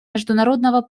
международного